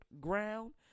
Ground